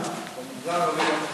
במגזר הערבי לא מחלקים?